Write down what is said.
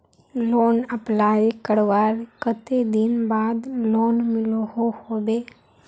Loan apply करवार कते दिन बाद लोन मिलोहो होबे?